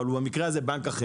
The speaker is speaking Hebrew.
שהוא בנק אחר.